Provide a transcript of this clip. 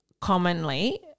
commonly